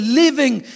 living